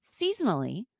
Seasonally